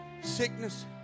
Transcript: sickness